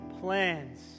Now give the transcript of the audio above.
plans